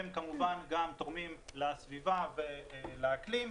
שהם כמובן גם תורמים לסביבה ולאקלים.